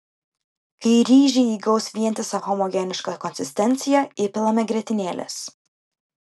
kai ryžiai įgaus vientisą homogenišką konsistenciją įpilame grietinėlės